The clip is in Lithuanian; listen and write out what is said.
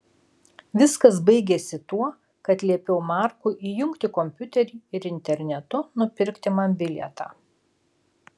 viskas baigėsi tuo kad liepiau markui įjungti kompiuterį ir internetu nupirkti man bilietą